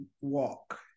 walk